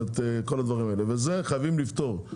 את זה חייבים לפתור.